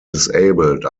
disabled